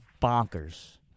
bonkers